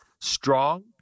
strong